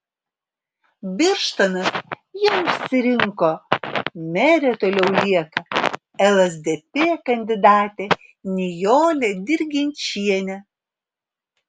birštonas jau išsirinko mere toliau lieka lsdp kandidatė nijolė dirginčienė